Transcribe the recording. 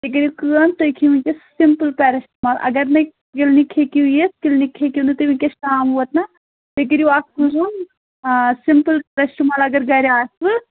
تُہۍ کٔرِو کٲم تُہۍ کھیٚوِو وُنکیٚس سِمپٕل پیرسٹِمال اگر نے کِلنِک ہیکِو یِتھ کِلنِک ہیٚکِو نہٕ تُہۍ وُِنکیٚس یِتھ شام ووت نا تُہۍ کٔرِو اکھ کٲم آ سِمپٕل پیرسٹٕمال اگر گَرِ آسوٕ